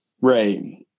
right